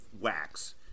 wax